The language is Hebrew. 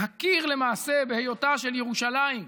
להכיר למעשה בהיותה של ירושלים,